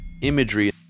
imagery